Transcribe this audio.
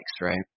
right